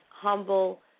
humble